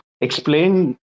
explain